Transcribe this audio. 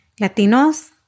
latinos